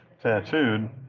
tattooed